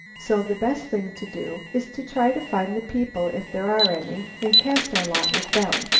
so the best thing to do is to try to find the people, if there are any, and cast our lot with them.